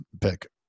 pick